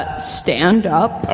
stand up.